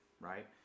right